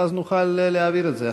ואז נוכל להעביר את זה.